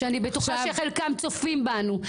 שאני בטוחה שחלקם צופים בנו,